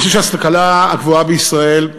אני חושב שההשכלה הגבוהה בישראל,